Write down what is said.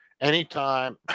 Anytime